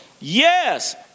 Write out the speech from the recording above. Yes